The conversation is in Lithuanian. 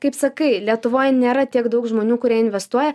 kaip sakai lietuvoj nėra tiek daug žmonių kurie investuoja